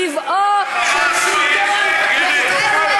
טבעו של שלטון להתחלף.